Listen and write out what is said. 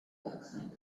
accent